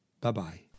bye-bye